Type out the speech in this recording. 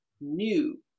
new